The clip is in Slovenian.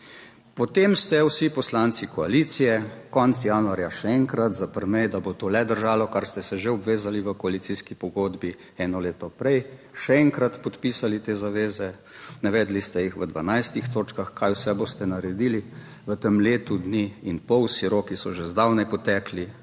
Potem ste vsi poslanci koalicije konec januarja še enkrat za prmej, da bo to le držalo, kar ste se že obvezali v koalicijski pogodbi eno leto prej, še enkrat 33. TRAK: (NB) – 11.40 (Nadaljevanje) podpisali te zaveze, navedli ste jih v 12 točkah, kaj vse boste naredili v tem letu dni in pol, vsi roki so že zdavnaj potekli,